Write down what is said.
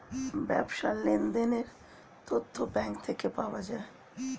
ব্যবসার লেনদেনের তথ্য ব্যাঙ্ক থেকে পাওয়া যায়